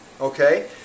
okay